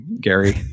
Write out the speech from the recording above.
Gary